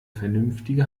vernünftige